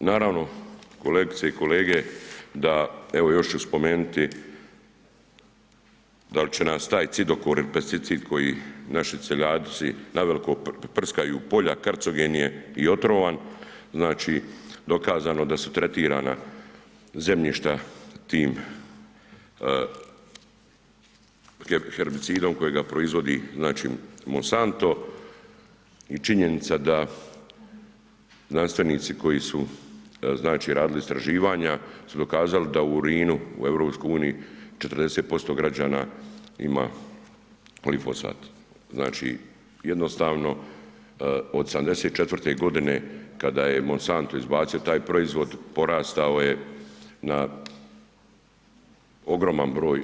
Naravno, kolegice i kolege da evo još ću spomenuti dal će nas taj cidokor il pesticid koji naši seljaci naveliko prskaju polja, karcogen je i otrovan, znači dokazano da su tretirana zemljišta tim herbicidom kojega proizvodi znači Monsanto i činjenica da znanstvenici koji su znači radili istraživanja su dokazali da u urinu u EU 40% građana ima orifosfat, znači jednostavno od '74.g. kada je Monsanto izbacio taj proizvod porastao je na, ogroman broj,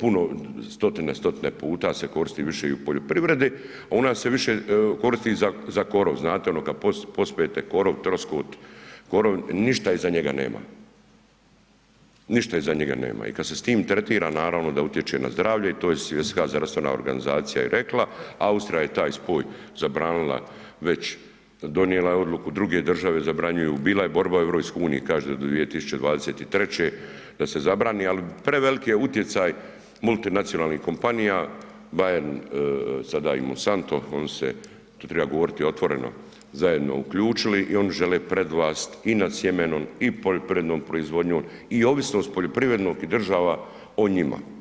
puno, stotine i stotine puta se koristi više i u poljoprivredi, a u nas se više koristi za korov, znate ono kad pospete korov, troskut, korov, ništa iza njega nema, ništa iza njega nema i kad se s tim tretira naravno da utječe na zdravlje i to je Svjetska zdravstvena organizacija i rekla, Austrija je taj spoj zabranila već, donijela je odluku, druge države zabranjuju, bila je borba u EU, kažu do 2023. da se zabrani, ali preveliki je utjecaj multinacionalnih kompanija, Bayern, sada i Mosanto, oni se, to triba govoriti otvoreno, zajedno uključili i oni žele prevlast i nad sjemenom i poljoprivrednom proizvodnjom i ovisnost poljoprivrednog i država o njima.